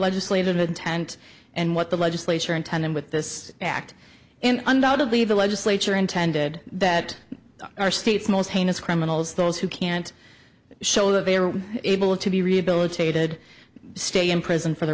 legislative intent and what the legislature in tandem with this act in undoubtedly the legislature intended that our state's most heinous criminals those who can't show that they are able to be rehabilitated stay in prison for the